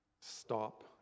stop